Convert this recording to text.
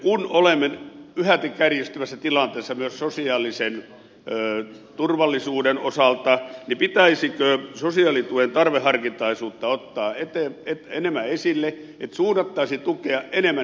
kun olemme yhäti kärjistyvässä tilanteessa myös sosiaalisen turvallisuuden osalta pitäisikö sosiaalituen tarveharkintaisuutta ottaa enemmän esille eli suunnattaisiin tukea enemmän niille jotka tarvitsevat